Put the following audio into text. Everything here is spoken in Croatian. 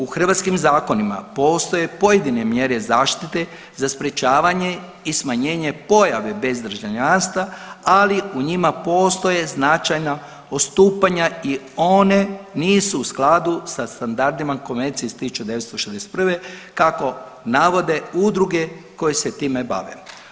U hrvatskim zakonima postoje pojedine mjere zaštite za sprečavanje i smanjenje pojave bez državljanstva, ali u njima postoje značajna odstupanja i one nisu u skladu sa standardima iz Konvencije iz 1961. kako navode udruge koje se time bave.